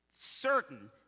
Certain